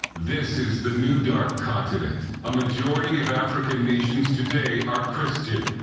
this is the new dark continent, a majority of african nations today are christian.